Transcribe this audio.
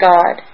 God